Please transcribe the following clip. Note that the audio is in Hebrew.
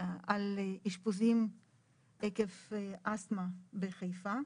אשפוזים בקרב ילדים עקב אסטמה בחיפה.